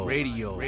Radio